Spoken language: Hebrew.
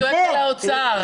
הוא צועק על האוצר.